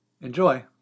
Enjoy